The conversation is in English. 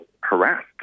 harassed